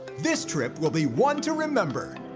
this trip will be one to remember.